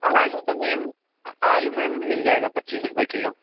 آلو تو میم آلو میم مِل جائے گا پچیس روپئے کلو